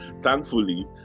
thankfully